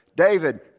David